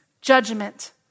judgment